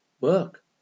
Work